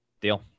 deal